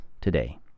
today